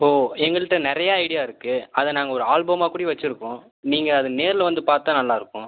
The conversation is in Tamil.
ஓ எங்கள்கிட்ட நிறையா ஐடியா இருக்குது அதை நாங்கள் ஒரு ஆல்பமா கூடே வச்சுருக்கோம் நீங்கள் அது நேரில் வந்து பார்த்தா நல்லாயிருக்கும்